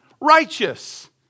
righteous